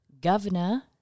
governor